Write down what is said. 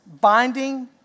binding